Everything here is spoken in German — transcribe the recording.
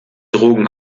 drogen